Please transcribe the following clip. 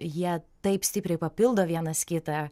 jie taip stipriai papildo vienas kitą